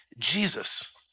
Jesus